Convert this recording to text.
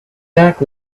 back